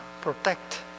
protect